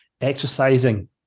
exercising